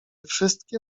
wszystkie